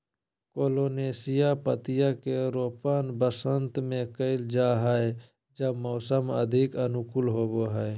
colocasia पत्तियां के रोपण वसंत में कइल जा हइ जब मौसम अधिक अनुकूल होबो हइ